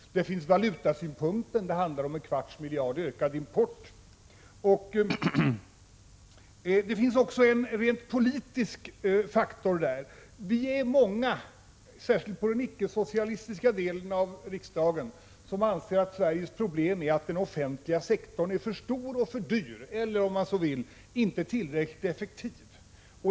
Det finns också en valutasynpunkt: det handlar om en ökning av valutaimporten med en kvarts miljard. Det finns också en rent politisk faktor: vi är många, särskilt inom den icke-socialistiska delen av riksdagen, som anser att Sveriges problem är att den offentliga sektorn är för stor och för dyr, eller om man så vill inte tillräckligt effektiv.